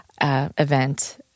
event